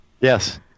Yes